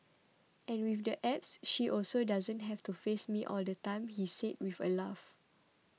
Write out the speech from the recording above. and with the Apps she also doesn't have to face me all the time he said with a laugh